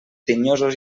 tinyosos